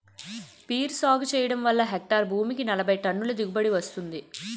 peer సాగు చెయ్యడం వల్ల హెక్టారు భూమికి నలబైటన్నుల దిగుబడీ వస్తుంది